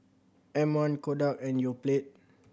M One Kodak and Yoplait